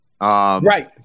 Right